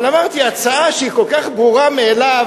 אבל אמרתי: הצעה שהיא כל כך ברורה מאליה,